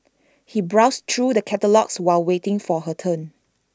she browsed through the catalogues while waiting for her turn